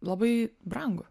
labai brangu